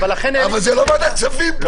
אבל זה לא ועדת כספים פה.